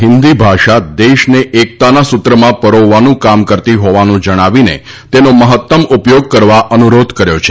હિંદી ભાષા દેશને એકતાના સૂત્રમાં પરોવવાનું કામ કરતી હોવાનું જણાવીને તેનો મહ્ત્તમ ઉપયોગ કરવા અનુરોધ કર્યો છે